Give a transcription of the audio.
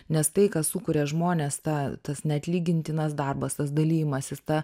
nes tai ką sukuria žmonės tą tas neatlygintinas darbas tas dalijimasis ta